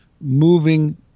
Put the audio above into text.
moving